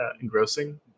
engrossing